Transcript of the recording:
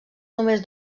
només